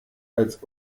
als